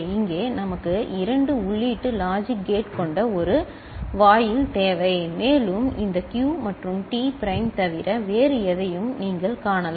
இங்கே நமக்கு 2 உள்ளீட்டு லாஜிக் கேட் கொண்ட ஒரு வாயில் தேவை மேலும் இந்த Q மற்றும் T பிரைம் தவிர வேறு எதையும் நீங்கள் காணலாம்